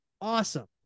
awesome